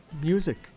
music